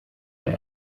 der